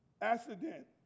accident